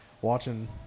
watching